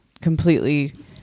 completely